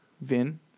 Vin